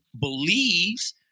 believes